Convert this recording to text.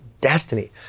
destiny